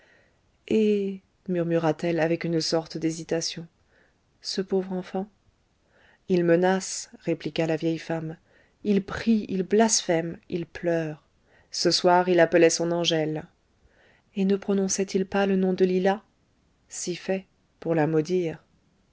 et murmura-t-elle avec une sorte d'hésitation ce pauvre enfant il menace répliqua la vieille femme il prie il blasphème il pleure ce soir il appelait son angèle et ne prononçait il pas le nom de lila si fait pour la maudire